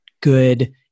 good